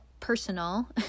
personal